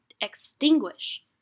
extinguish